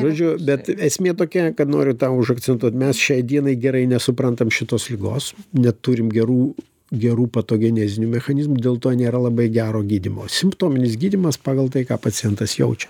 žodžiu bet esmė tokia kad noriu tą užakcentuot mes šiai dienai gerai nesuprantam šitos ligos neturim gerų gerų patogenezinių mechanizmų dėl to nėra labai gero gydymo simptominis gydymas pagal tai ką pacientas jaučia